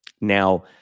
Now